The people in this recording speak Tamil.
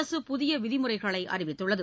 அரசு புதிய விதிமுறைகளை அறிவித்துள்ளது